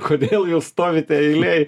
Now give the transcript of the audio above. kodėl jūs stovit eilėj